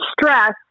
stress